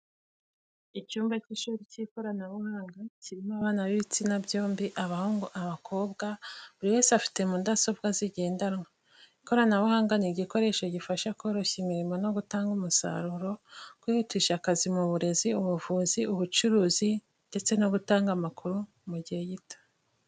Icyumba cy'ishuri cy'ikoranabuhanga, kirimo abana b'ibitsina byombi abahungu n'abakobwa, buri wese afite mudasobwa zigendanwa. Ikoranabuhanga ni igikoresho gifasha koroshya imirimo no gutanga umusaruro, kwihutisha akazi mu burezi, ubuvuzi, ubucuruzi ndetse no gutanga amakuru mu gihe gito.